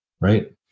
right